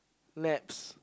naps